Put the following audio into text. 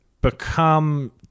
become